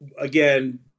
Again